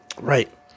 Right